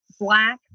black